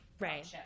Right